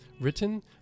written